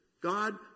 God